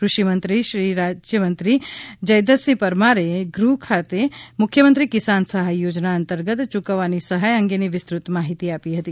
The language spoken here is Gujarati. કૃષિ રાજ્યમંત્રી શ્રી જયદ્રથસિંહ પરમારે ગૃહ ખાતે મુખ્યમંત્રી કિસાન સહાય યોજના અંતર્ગત યૂકવવાની સહાય અંગેની વિસ્તૃત માહિતી આપી હતી